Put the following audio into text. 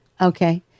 Okay